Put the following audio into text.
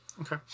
Okay